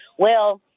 well,